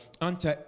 unto